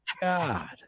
God